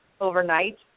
overnight